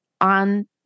on